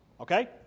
Okay